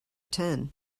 ten